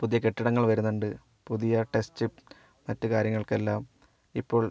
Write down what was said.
പുതിയ കെട്ടിടങ്ങൾ വരുന്നുണ്ട് പുതിയ ടെസ്റ്റും മറ്റുകാര്യങ്ങൾക്കെല്ലാം ഇപ്പോൾ